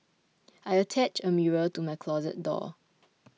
I attached a mirror to my closet door